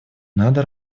надо